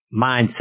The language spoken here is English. mindset